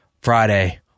Friday